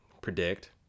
predict